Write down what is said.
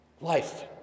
Life